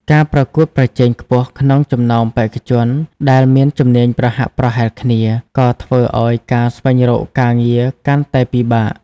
ការប្រកួតប្រជែងខ្ពស់ក្នុងចំណោមបេក្ខជនដែលមានជំនាញប្រហាក់ប្រហែលគ្នា ក៏ធ្វើឲ្យការស្វែងរកការងារកាន់តែពិបាក។